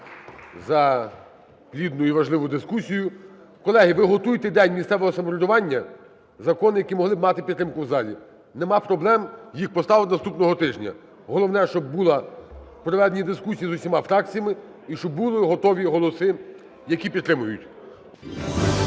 за плідну і важливу дискусію. Колеги, ви готуйте день місцевого самоврядування закони, які могли б мати підтримку в залі, нема проблем їх поставити наступного тижня. Головне, щоб були проведені дискусії з усіма фракціями і щоб були готові голоси, які підтримають.